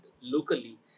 locally